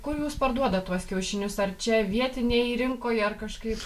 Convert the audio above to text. kur jūs parduodat tuos kiaušinius ar čia vietinėj rinkoj ar kažkaip